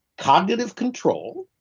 cognitive control.